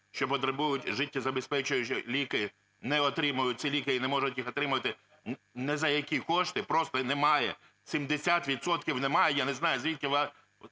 що потребують життєзабезпечуючі ліки, не отримують ці ліки і не можуть їх отримати ні за які кошти, просто немає, 70 відсотків немає. Я не знаю, звідки у